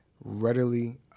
readily